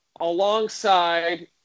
alongside